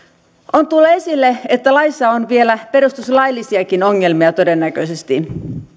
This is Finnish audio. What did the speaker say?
on tullut esille että laissa on vielä perustuslaillisiakin ongelmia todennäköisesti